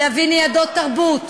להביא ניידות תרבות,